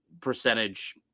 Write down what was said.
percentage